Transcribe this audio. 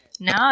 No